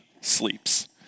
sleeps